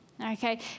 okay